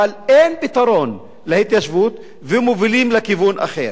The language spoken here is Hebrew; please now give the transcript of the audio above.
אבל אין פתרון להתיישבות ומובילים לכיוון אחר.